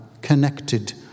connected